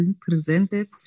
presented